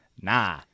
Nah